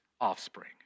offspring